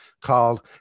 called